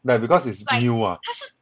like because is new ah